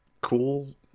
cool